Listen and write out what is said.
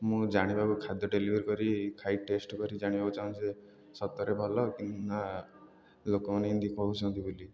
ମୁଁ ଜାଣିବାକୁ ଖାଦ୍ୟ ଡେଲିଭର କରି ଖାଇ ଟେଷ୍ଟ କରି ଜାଣିବାକୁ ଚାହୁଁଛି ଯେ ସତ ରେ ଭଲ କି ନା ଲୋକମାନେ ଏମିତି କହୁଛନ୍ତି ବୋଲି